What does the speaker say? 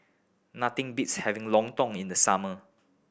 nothing beats having Lontong in the summer